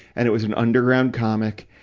and it was an underground comic,